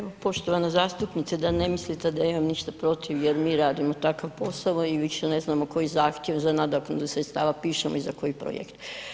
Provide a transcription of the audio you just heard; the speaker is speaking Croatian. Evo poštovana zastupnice, da ne mislite da imam nešto protiv jer mi radimo takav posao i više ne znamo koji zahtjev za nadoknadu sredstava pišemo i za koji projekt.